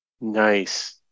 Nice